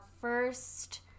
first